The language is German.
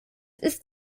ist